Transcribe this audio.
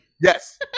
Yes